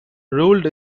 ruled